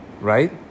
right